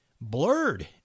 blurred